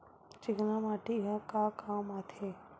चिकना माटी ह का काम आथे?